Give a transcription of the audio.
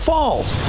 Falls